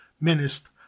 menaced